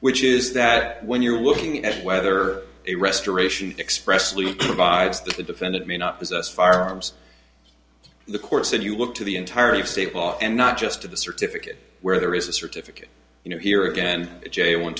which is that when you're looking at whether a restoration expressly provides that the defendant may not possess firearms the court said you look to the entirety of state law and not just to the certificate where there is a certificate you know here again j one